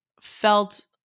felt